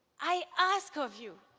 i ask of you,